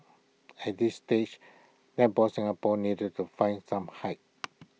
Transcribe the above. at this stage netball Singapore needed to find some height